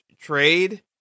trade